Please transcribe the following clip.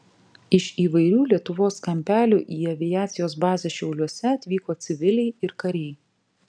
iš įvairių lietuvos kampelių į aviacijos bazę šiauliuose atvyko civiliai ir kariai